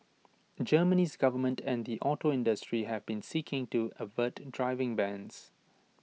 Germany's government and the auto industry have been seeking to avert driving bans